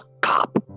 cop